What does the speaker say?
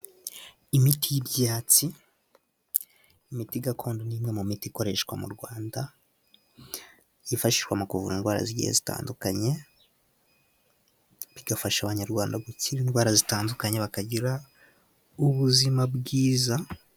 Imiti y'ibyatsi imiti gakondo ni imwe mu miti ikoreshwa mu rwanda yifashishwa mu kuvura indwara' zitandukanye. Bigafasha abanyarwanda gukira indwara zitandukanye bakagira ubuzima bwiza.